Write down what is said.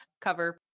cover